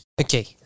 okay